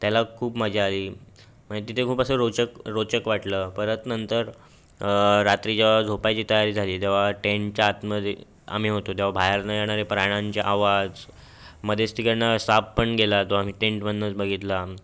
त्याला खूप मजा आली में तिथे खूप असं रोचक रोचक वाटलं परत नंतर रात्री जेव्हा झोपायची तयारी झाली तेव्हा टेन्टच्या आतमध्ये आम्ही होतो तेव्हा बाहेरनं येणारे प्राण्यांचे आवाज मध्येच तिकडनं सापपण गेला तो आम्ही टेन्टमधनंच बघितला